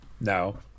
No